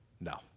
no